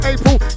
April